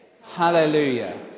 Hallelujah